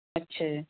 ਅੱਛਾ ਜੀ